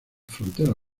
frontera